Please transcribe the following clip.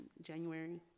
January